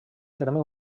terme